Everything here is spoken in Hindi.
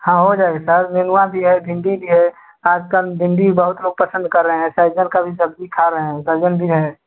हाँ हो जाएगा सर नेनुआ भी है भिंडी भी है आजकल भिंडी बहुत लोग पसंद कर रहे हैं सहजन का भी सब्जी खा रहे हैं बैंगन भी है